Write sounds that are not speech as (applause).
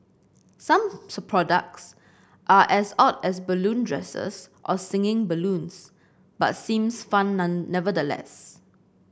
some (unintelligible) products are as odd as balloon dresses or singing balloons but seems fun (unintelligible) nevertheless